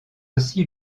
aussi